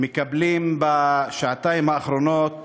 מקבל בשעתיים האחרונות